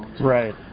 Right